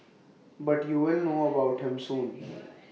but you will know about him soon